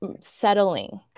settling